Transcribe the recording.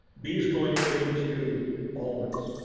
bees going into almonds.